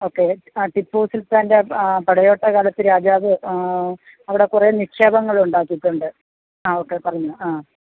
okay അ ടിപ്പു സുൽത്താൻ്റെ പടയോട്ട കാലത്ത് രാജാവ് അവിടെക്കുറേ നിക്ഷേപങ്ങളുണ്ടാക്കിക്കൊണ്ട് ആ ഓക്കെ പറഞ്ഞോ ആ